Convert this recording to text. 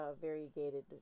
variegated